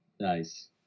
Nice